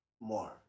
more